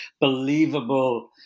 believable